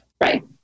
Right